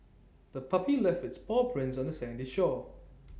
the puppy left its paw prints on the sandy shore